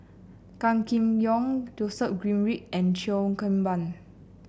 Gan Kim Yong Joseph Grimberg and Cheo Kim Ban